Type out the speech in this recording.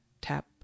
tap